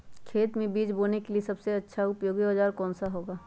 खेत मै बीज बोने के लिए सबसे ज्यादा उपयोगी औजार कौन सा होगा?